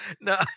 No